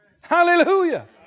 Hallelujah